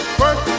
work